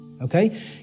okay